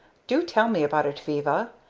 do tell me about it, viva.